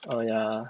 oh yeah